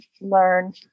learn